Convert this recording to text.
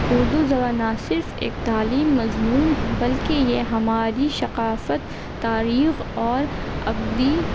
اردو زبان نا صرف ایک تعلیم مضمون ہے بلکہ یہ ہماری ثقافت تاریخ اور عبدی